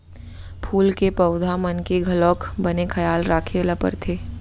फूल के पउधा मन के घलौक बने खयाल राखे ल परथे